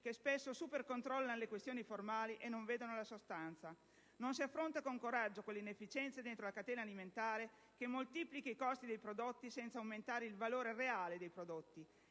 che spesso supercontrollano le questioni formali e non vedono la sostanza. Non si affronta con coraggio quell'inefficienza dentro la catena alimentare che moltiplica i costi dei prodotti senza aumentare il loro valore reale,